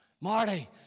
Marty